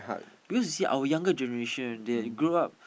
because you see our younger generation they grow up